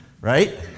right